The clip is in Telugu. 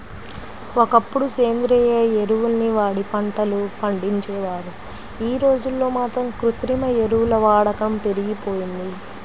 ఒకప్పుడు సేంద్రియ ఎరువుల్ని వాడి పంటలు పండించేవారు, యీ రోజుల్లో మాత్రం కృత్రిమ ఎరువుల వాడకం పెరిగిపోయింది